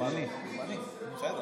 אין להם